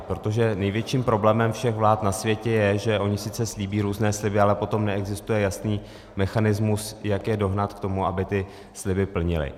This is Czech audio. Protože největším problémem všech vlád na světě je, že ony sice slíbí různé sliby, ale potom neexistuje jasný mechanismus, jak je dohnat k tomu, aby ty sliby plnily.